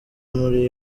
muri